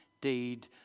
deed